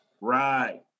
Right